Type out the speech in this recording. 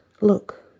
Look